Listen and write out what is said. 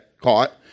caught